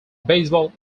baseball